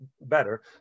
better